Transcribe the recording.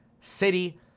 city